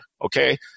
okay